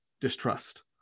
distrust